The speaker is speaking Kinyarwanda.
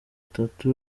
atatu